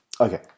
Okay